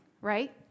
right